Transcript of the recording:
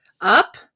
up